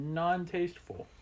non-tasteful